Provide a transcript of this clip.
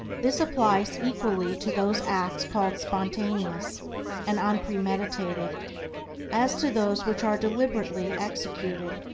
this applies equally to those acts called spontaneous and unpremeditated as to those, which are deliberately executed.